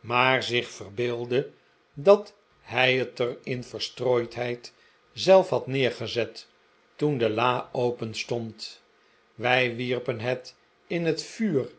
maar zich verbeeldde dat hij het er in verstrooidheid zelf had neergezet toen de la openstond wij wierpen het in het vuur